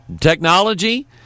Technology